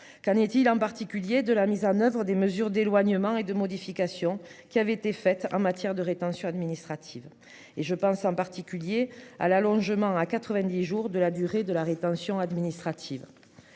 qu'en est-il en particulier de la mise en oeuvre des mesures d'éloignement et de modifications qui avait été fait en matière de rétention administrative et je pense en particulier à l'allongement à 90 jours de la durée de la rétention administrative.